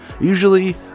Usually